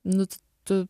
nu tu